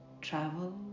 travel